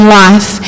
life